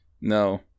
No